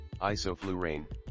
isoflurane